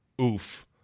Oof